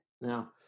Now